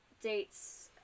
dates